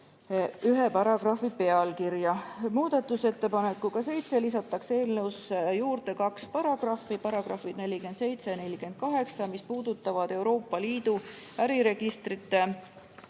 ühe paragrahvi pealkirja. Muudatusettepanekuga nr 7 lisatakse eelnõusse kaks paragrahvi: § 47 ja § 48, mis puudutavad Euroopa Liidu äriregistrite